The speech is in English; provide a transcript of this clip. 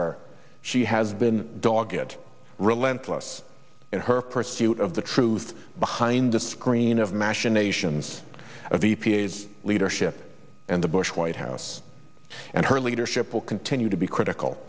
her she has been dogging it relentless in her pursuit of the truth behind the screen of machinations of e p a s leadership and the bush white house and her leadership will continue to be critical